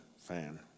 fan